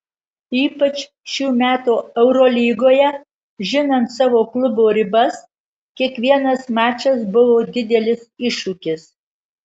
ypač šių metų eurolygoje žinant savo klubo ribas kiekvienas mačas buvo didelis iššūkis